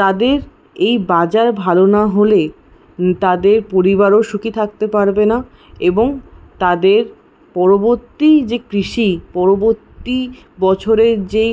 তাদের এই বাজার ভালো না হলে তাদের পরিবারও সুখী থাকতে পারবেনা এবং তাদের পরবর্তী যে কৃষি পরবর্তী বছরের যেই